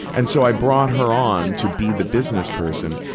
and so, i brought her on to be the business person,